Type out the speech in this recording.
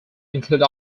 include